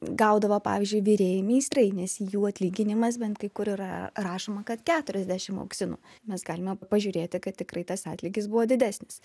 gaudavo pavyzdžiui virėjai meistrai nes jų atlyginimas bent kai kur yra rašoma kad keturiasdešim auksinų mes galime pažiūrėti kad tikrai tas atlygis buvo didesnis